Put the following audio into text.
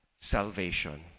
salvation